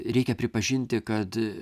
reikia pripažinti kad